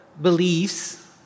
beliefs